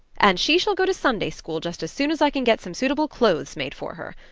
and she shall go to sunday-school just as soon as i can get some suitable clothes made for her.